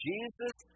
Jesus